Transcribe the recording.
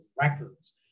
records